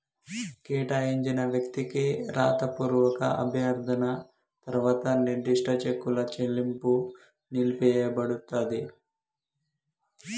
కేటాయించిన వ్యక్తికి రాతపూర్వక అభ్యర్థన తర్వాత నిర్దిష్ట చెక్కుల చెల్లింపు నిలిపివేయపడతది